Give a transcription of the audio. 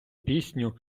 пісню